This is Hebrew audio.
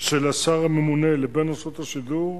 של השר הממונה לבין רשות השידור,